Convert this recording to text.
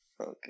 Okay